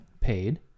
paid